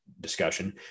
discussion